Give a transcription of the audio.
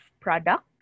product